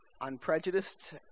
Unprejudiced